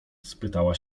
spytała